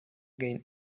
gain